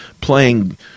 playing